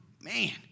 Man